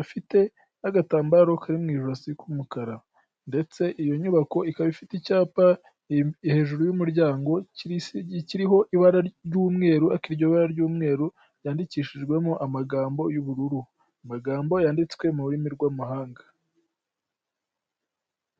afite n'agatambaro kari mu ijosi k'umukara ndetse iyi nyubako ikaba ifite icyapa hejuru y'umuryango kiriho ibara ry'umweru ariko iryo bara ry'umweru ryandikishijwemo amagambo y'ubururu, amagambo yanditswe murimi rw'amahanga.